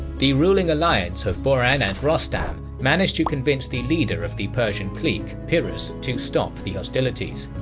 the ruling alliance of boran and rostam managed to convince the leader of the persian clique piruz to stop the hostilities.